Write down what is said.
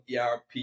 ERP